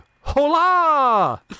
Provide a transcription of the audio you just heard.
hola